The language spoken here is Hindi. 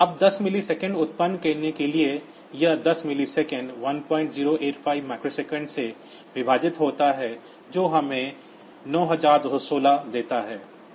अब 10 मिलीसेकंड उत्पन्न करने के लिए यह 10 मिलीसेकंड 1085 माइक्रोसेकंड से विभाजित होता है जो हमें 9216 देता है